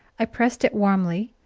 i pressed it warmly,